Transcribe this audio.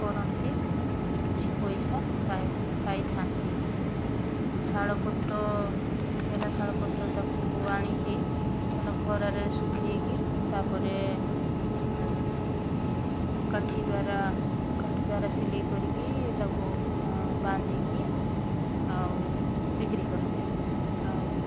କରନ୍ତି କିଛି ପଇସା ପାଇଥାନ୍ତି ଆଉ ଶାଳପତ୍ର ଶାଳପତ୍ର ତାକୁ ଆଣିକି ଖରାରେ ଶୁଖାଇକି ତା'ପରେ ଯୋଉ କାଠିଦ୍ୱାରା କାଠିଦ୍ୱାରା ସିଲେଇ କରିକି ତାକୁ ବାନ୍ଧିକି ଆଉ ବିକ୍ରି କରନ୍ତି ଆଉ